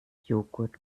joghurt